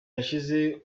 yashize